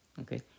Okay